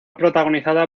protagonizada